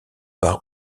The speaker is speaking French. par